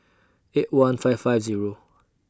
eight one five five Zero